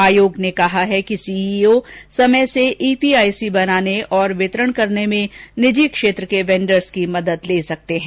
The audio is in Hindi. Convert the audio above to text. आयोग ने कहा है कि सीईओ समय से ईपीआईसी बनाने और वितरण करने में निजी क्षेत्र के वेंडरों की भी मदद ले सकेंगे